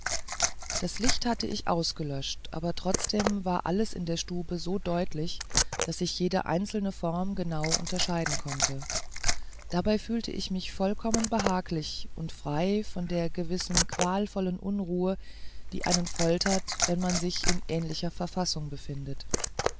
das licht hatte ich ausgelöscht aber trotzdem war alles in der stube so deutlich daß ich jede einzelne form genau unterscheiden konnte dabei fühlte ich mich vollkommen behaglich und frei von der gewissen qualvollen unruhe die einen foltert wenn man sich in ähnlicher verfassung befindet